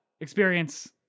experience